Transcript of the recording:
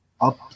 Up